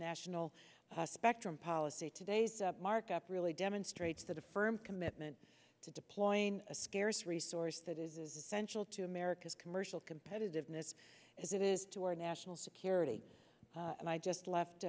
national spectrum policy today's markup really demonstrates that a firm commitment to deploying a scarce resource that is essential to america's commercial competitiveness as it is to our national security and i just left